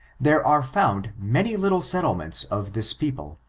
there are found many little settlements of this people,